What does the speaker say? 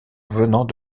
venant